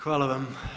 Hvala vam.